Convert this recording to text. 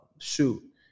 shoot